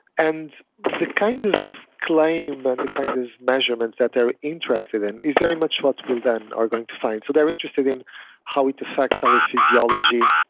and the kind of claim and the kind of measurements that they're interested in is very much what will then are going to find. so they're interested in how it affects our physiology,